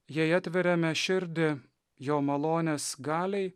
jei atveriame širdį jo malonės galiai